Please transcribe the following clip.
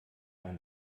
ein